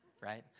right